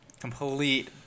complete